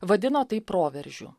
vadino tai proveržiu